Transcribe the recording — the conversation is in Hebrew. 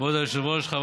דבר אחד, חבר